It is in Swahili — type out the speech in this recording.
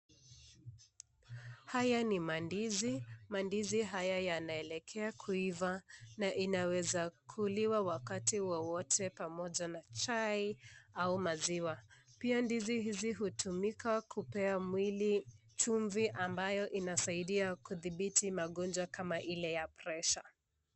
Haya ni mandizi, mandizi haya yanaelekea kuiva na inaweza kuliwa wakati wowote pamoja na chai au maziwa. Pia ndizi hizi hutumika kupea mwili chumvi ambayo inasaidia kudhibiti magonjwa kama ile ya pressure .